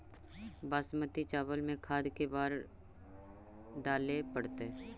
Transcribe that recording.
बासमती चावल में खाद के बार डाले पड़तै?